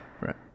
Right